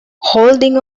holding